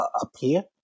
appear